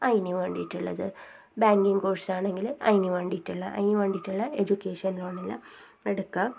അതിന് വേണ്ടിയിട്ടുള്ളത് ബാങ്കിങ് കോഴ്സാണാങ്കിൽ അതിന് വേണ്ടിയിട്ടുള്ളത് അതിന് വേണ്ടിയിട്ടുള്ള എഡ്യൂക്കേഷൻ ലോണെല്ലാം എടുക്കാൻ